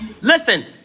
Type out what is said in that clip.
listen